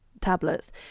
tablets